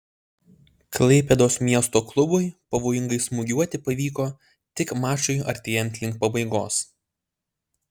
klaipėdos miesto klubui pavojingai smūgiuoti pavyko tik mačui artėjant link pabaigos